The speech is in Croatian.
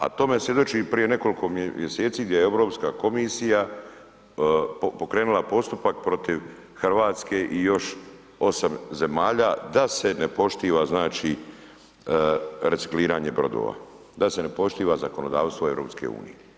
A tome svjedoči i prije nekoliko mjeseci gdje je Europska komisija pokrenula postupak protiv Hrvatske i još 8 zemalja da se ne poštuje znači recikliranje brodova, da se ne poštuje zakonodavstvo EU.